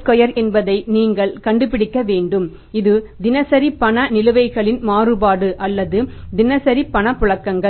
square என்பதை நீங்கள் கண்டுபிடிக்க வேண்டும் இது தினசரி பண நிலுவைகளின் மாறுபாடு அல்லது தினசரி பணப்புழக்கங்கள்